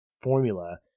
formula